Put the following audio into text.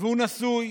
והוא נשוי